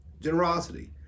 generosity